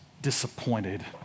disappointed